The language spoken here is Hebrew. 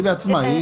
היא בעצמה.